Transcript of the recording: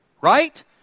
right